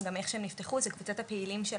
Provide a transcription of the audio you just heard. זו קבוצת הפעילים שלהם,